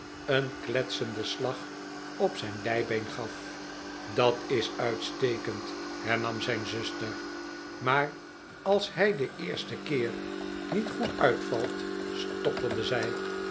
een kletsenden slag op zijn dijbeen gaf dat is uitstekend hernam zijn zuster maar als hij den eersten keer niet goed uitvalt stotterde zij